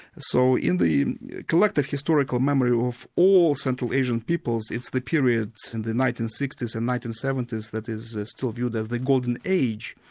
so in the collective historical memory of all central asian peoples, it's the period from and the nineteen sixty s and nineteen seventy s that is still viewed as the golden age,